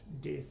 death